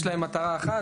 יש להם מטרה אחת,